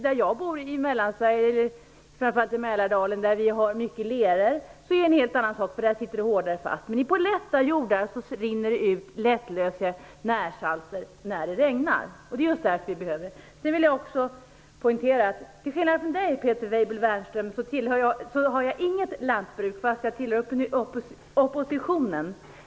Där jag bor i Mellansverige - i Mälardalen - har vi mycket leror, och där är det en helt annan sak. Där sitter det hårdare fast. I lätta jordar rinner det ut lättlösliga närsalter när det regnar. Det är just därför vi behöver en miljöavgift. Jag vill poängtera att jag till skillnad från Peter Weibull Bernström inte har något lantbruk - fast jag tillhör oppositionen.